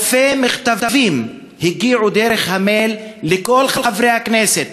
אלפי מכתבים הגיעו דרך המייל לכל חברי הכנסת